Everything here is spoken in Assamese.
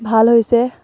ভাল হৈছে